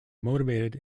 motivated